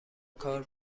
کار